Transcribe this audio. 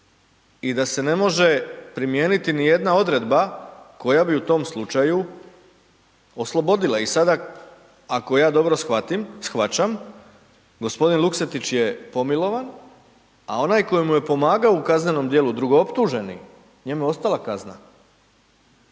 i da se ne može primijeniti nijedna odredba koja bi u tom slučaju oslobodila i sada ako ja dobro shvaćam, g. Luksetić je pomilovan, a onaj koji mu je pomagao u kaznenom djelu drugooptuženi, njemu je ostala kazna.